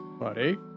Buddy